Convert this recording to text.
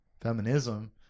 feminism